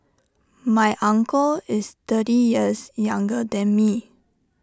my uncle is thirty years younger than me